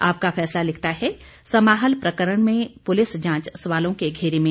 आपका फैसला लिखता है समाहल प्रकरण में पुलिस जांच सवालों के घेरे में